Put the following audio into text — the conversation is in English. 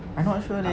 I not sure leh